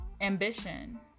ambition